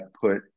put